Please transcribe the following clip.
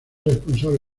responsable